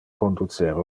conducer